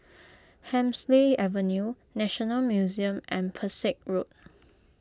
Hemsley Avenue National Museum and Pesek Road